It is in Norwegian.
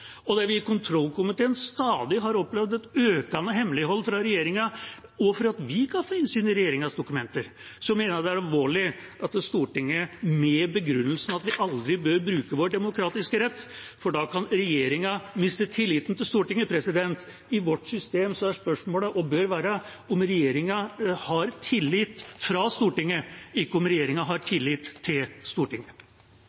og der vi i kontrollkomiteen stadig har opplevd et økende hemmelighold fra regjeringa og at vi ikke får innsyn i regjeringas dokumenter, mener jeg det er alvorlig at Stortinget begrunner det med at vi aldri bør bruke vår demokratiske rett, for da kan regjeringa miste tilliten til Stortinget. President, i vårt system er spørsmålet, og bør være, om regjeringa har tillit fra Stortinget – ikke om regjeringa har